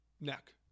neck